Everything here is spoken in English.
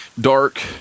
dark